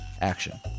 action